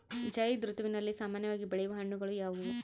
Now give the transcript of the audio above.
ಝೈಧ್ ಋತುವಿನಲ್ಲಿ ಸಾಮಾನ್ಯವಾಗಿ ಬೆಳೆಯುವ ಹಣ್ಣುಗಳು ಯಾವುವು?